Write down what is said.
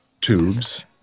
tubes